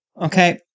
Okay